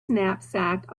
knapsack